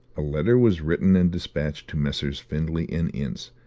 a letter was written and dispatched to messrs. findlay and ince,